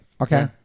Okay